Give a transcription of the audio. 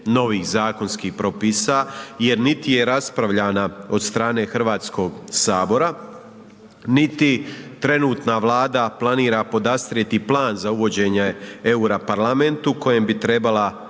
novih zakonskih propisa jer niti je raspravljana od strane Hrvatskog sabora niti trenutna Vlada planira podastrijeti plan za uvođenje eura parlamentu kojem bi trebala